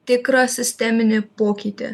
tikrą sisteminį pokytį